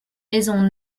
maison